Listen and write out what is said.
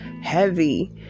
heavy